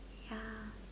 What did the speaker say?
ya